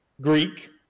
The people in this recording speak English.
Greek